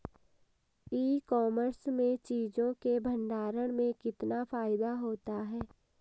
ई commerce में चीज़ों के भंडारण में कितना फायदा होता है?